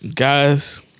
Guys